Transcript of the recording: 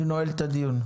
אני נועל את הדיון.